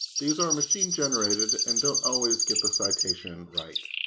these are machine generated and don't always get the citation right.